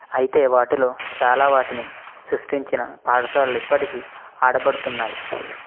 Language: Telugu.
అయితే వాటిలో చాలా వాటిని సృష్టించిన పాఠశాల ఇప్పటికీ ఆడబడుతున్నాయి